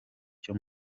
cyo